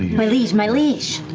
my liege, my liege.